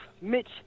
Mitch